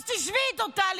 אז תשבי איתו, טלי.